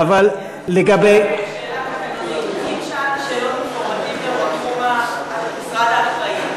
שאלה תקנונית אם שאלתי שאלות אינפורמטיביות מהמשרד האחראי,